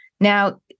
Now